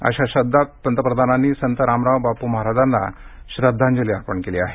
अशा शब्दात पंतप्रधानांनी संत रामराव बाप् महाराजांना श्रद्धांजली अर्पण केली आहे